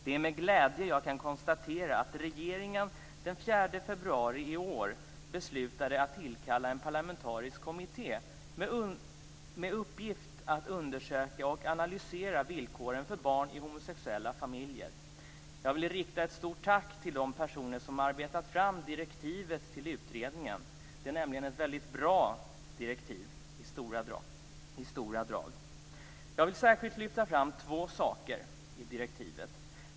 Det är med glädje jag kan konstatera att regeringen den 4 februari i år beslutade att tillkalla en parlamentarisk kommitté med uppgift att undersöka och analysera villkoren för barn i homosexuella familjer. Jag vill rikta ett stort tack till de personer som har arbetat fram direktivet till utredningen. Det är nämligen ett väldigt bra direktiv i stora drag. Jag vill särskilt lyfta fram två saker i direktivet.